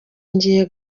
ngiye